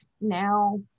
now